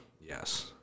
Yes